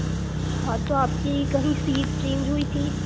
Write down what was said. अच्छा तो आपकी कहीं सीट चेंज हुई थी